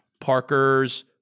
parker's